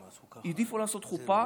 הם העדיפו לעשות חופה